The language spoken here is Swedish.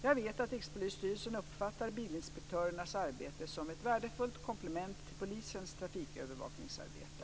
Jag vet att Rikspolisstyrelsen uppfattar bilinspektörernas arbete som ett värdefullt komplement till polisens trafikövervakningsarbete.